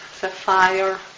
sapphire